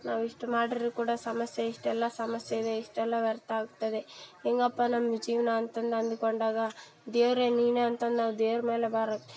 ನಾವು ಇಷ್ಟು ಮಾಡಿದ್ರೂ ಕೂಡ ಸಮಸ್ಯೆ ಇಷ್ಟೆಲ್ಲ ಸಮಸ್ಯೆ ಇದೆ ಇಷ್ಟೆಲ್ಲ ವ್ಯರ್ಥ ಆಗ್ತದೆ ಹೇಗಪ್ಪ ನಮ್ಮ ಜೀವನ ಅಂತ ನಾ ಅಂದುಕೊಂಡಾಗ ದೇವರೇ ನೀನೇ ಅಂತ ಅಂದು ನಾವು ದೇವ್ರ ಮೇಲೆ ಭಾರ